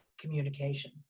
communication